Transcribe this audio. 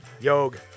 Yog